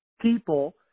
people